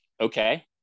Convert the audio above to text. Okay